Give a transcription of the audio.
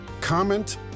comment